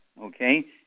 okay